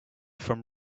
from